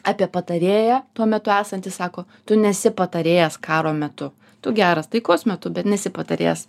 apie patarėją tuo metu esantį sako tu nesi patarėjas karo metu tu geras taikos metu bet nesi patarėjas